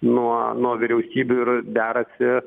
nuo nuo vyriausybių ir derasi